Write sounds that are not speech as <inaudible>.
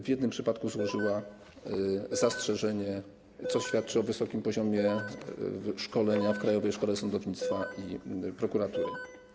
W jednym przypadku złożyła <noise> zastrzeżenie, co świadczy o wysokim poziomie szkolenia w Krajowej Szkole Sądownictwa i Prokuratury.